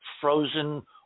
frozen